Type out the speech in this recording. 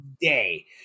day